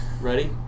Ready